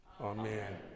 Amen